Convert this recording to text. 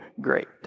great